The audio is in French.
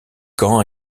quand